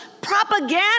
propaganda